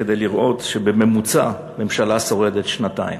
כדי לראות שבממוצע ממשלה שורדת שנתיים.